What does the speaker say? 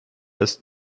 ist